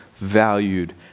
valued